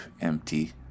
empty